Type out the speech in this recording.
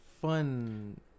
fun